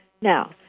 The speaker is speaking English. now